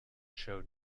showed